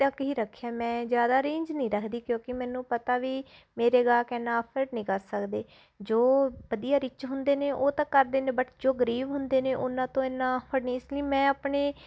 ਤੱਕ ਹੀ ਰੱਖਿਆ ਮੈਂ ਜ਼ਿਆਦਾ ਰੇਂਜ ਨਹੀਂ ਰੱਖਦੀ ਕਿਉਂਕਿ ਮੈਨੂੰ ਪਤਾ ਵੀ ਮੇਰੇ ਗਾਹਕ ਇੰਨਾਂ ਐਫਟ ਨਹੀਂ ਕਰ ਸਕਦੇ ਜੋ ਵਧੀਆ ਰਿਚ ਹੁੰਦੇ ਨੇ ਉਹ ਤਾਂ ਕਰਦੇ ਨੇ ਬਟ ਜੋ ਗਰੀਬ ਹੁੰਦੇ ਨੇ ਉਹਨਾਂ ਤੋਂ ਇੰਨਾਂ ਮੈਂ ਆਪਣੇ